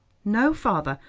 no, father.